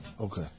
Okay